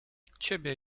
ciebie